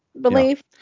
believe